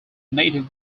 native